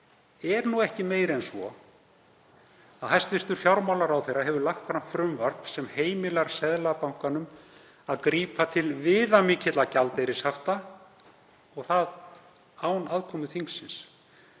er ekki meiri en svo að hæstv. fjármálaráðherra hefur lagt fram frumvarp sem heimilar Seðlabankanum að grípa til viðamikilla gjaldeyrishafta án aðkomu þingsins?